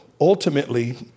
ultimately